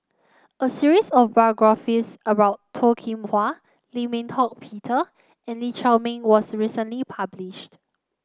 a series of biographies about Toh Kim Hwa Lim Eng Hock Peter and Lee Shao Meng was recently published